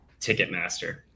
Ticketmaster